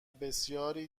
بسیاری